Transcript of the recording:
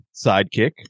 sidekick